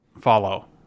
follow